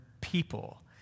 people